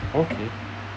okay